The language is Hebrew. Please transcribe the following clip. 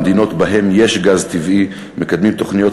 במדינות שבהן יש גז טבעי מקדמים תוכניות